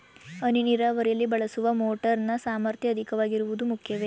ಹನಿ ನೀರಾವರಿಯಲ್ಲಿ ಬಳಸುವ ಮೋಟಾರ್ ನ ಸಾಮರ್ಥ್ಯ ಅಧಿಕವಾಗಿರುವುದು ಮುಖ್ಯವೇ?